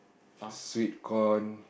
sweet corn